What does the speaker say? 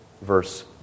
verse